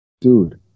Dude